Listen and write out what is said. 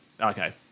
okay